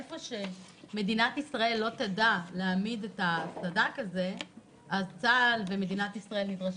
איפה שמדינת ישראל לא תדע להעמיד את הסד"כ הזה אז צה"ל נדרש.